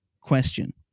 question